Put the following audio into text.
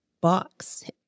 box